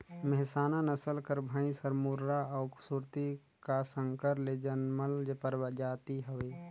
मेहसाना नसल कर भंइस हर मुर्रा अउ सुरती का संकर ले जनमल परजाति हवे